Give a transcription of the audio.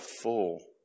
full